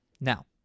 Now